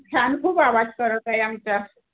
fan खूप आवाज करत आहे आमचा